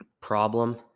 problem